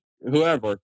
whoever